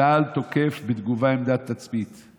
צה"ל תוקף בתגובה עמדת תצפית.